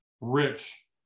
rich